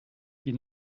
die